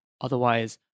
otherwise